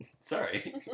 sorry